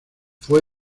fue